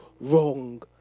wrong